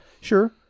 Sure